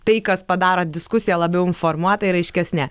tai kas padaro diskusiją labiau informuota ir aiškesne